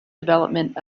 development